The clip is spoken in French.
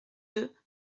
deux